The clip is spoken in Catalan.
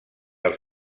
els